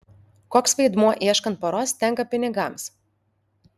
koks vaidmuo ieškant poros tenka pinigams